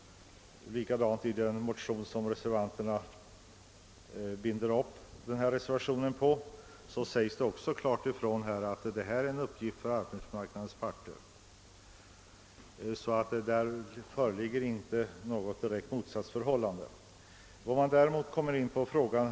I den motion, som reservanterna bygger upp reservationen på, sägs det också klart ifrån att detta är en uppgift för arbetsmarknadens parter. Därvidlag föreligger alltså inte något direkt motsatsförhållande mellan utskottets och reservanternas inställning.